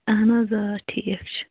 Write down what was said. اَہَن حظ آ ٹھیٖک چھُ